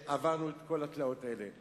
שעברנו את כל התלאות האלה.